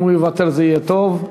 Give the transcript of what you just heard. אם הוא יבטל, זה יהיה טוב.